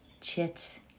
chit